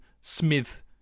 Smith